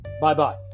Bye-bye